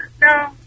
No